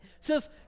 says